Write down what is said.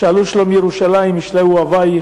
"שאלו שלום ירושלם ישליו אהביך.